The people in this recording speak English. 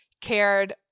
cared